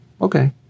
Okay